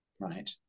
right